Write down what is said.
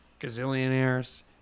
gazillionaires